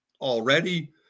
already